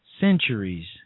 centuries